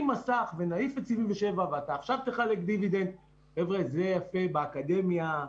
מסך ולהעיף את סעיף 77 ועכשיו יחלקו דיבידנד זה יפה באקדמיה,